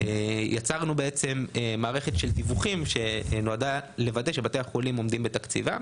יצרנו בעצם מערכת של דיווחים שנועדה לוודא שבתי החולים עומדים בתקציבם,